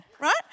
Right